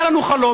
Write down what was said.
היה לנו חלום,